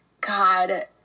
God